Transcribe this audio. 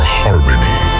harmony